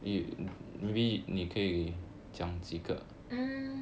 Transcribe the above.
mm